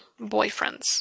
boyfriends